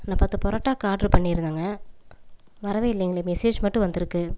நான் பத்து பொரோட்டாவுக்கு ஆர்டரு பண்ணிருந்தேங்க வரவே இல்லைங்களே மெசேஜ் மட்டும் வந்துருக்குது